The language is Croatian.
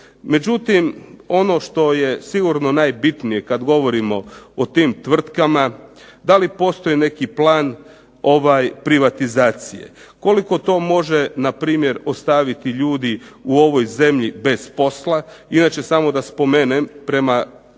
Međutim, ono što je sigurno najbitnije kada govorimo o tim tvrtkama, da li postoji neki plan privatizacije. Koliko to može ostaviti ljudi u ovoj zemlji bez posla. Inače samo da spomenem, prema,